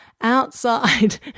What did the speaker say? outside